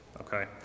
okay